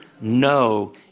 no